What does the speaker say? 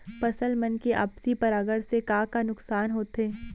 फसल मन के आपसी परागण से का का नुकसान होथे?